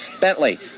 Bentley